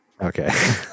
okay